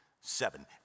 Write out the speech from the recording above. Seven